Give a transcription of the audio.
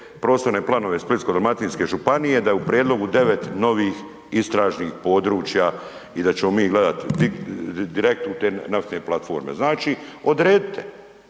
prostorne planove Splitsko-dalmatinske županije da je u prijedlogu 9 novih istražnih područja i da ćemo mi gledati direkt u te naftne platforme. Znači odredite